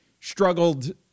struggled